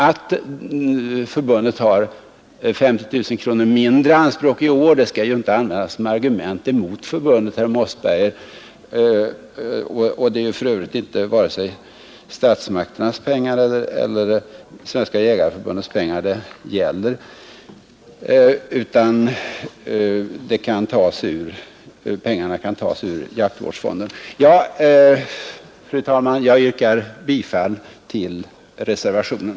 Att förbundet i år har begärt ett anslag som är 50 000 kronor lägre än tidigare skall ju inte användas som argument mot förbundet, herr Mossberger. Anspråkslöshet förtjänar väl beröm, eller hur? Det är för övrigt inte statsmakternas eller Svenska jägareförbundets pengar, utan medlen tas ur jaktvårdsfonden. Fru talman! Jag yrkar bifall till reservationen.